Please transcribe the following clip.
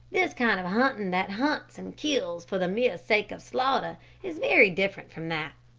this kind of hunting that hunts and kills for the mere sake of slaughter is very different from that.